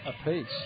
apiece